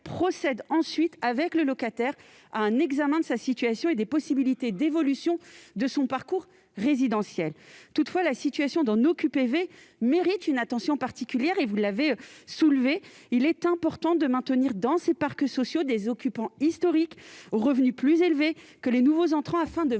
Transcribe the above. procède ensuite, avec le locataire, à un examen de sa situation et des possibilités d'évolution de son parcours résidentiel. Toutefois, la situation de nos QPV mérite une attention particulière, vous l'avez souligné, monsieur le sénateur. Il est important de maintenir dans ces parcs sociaux des occupants historiques aux revenus plus élevés que ceux des nouveaux entrants, afin de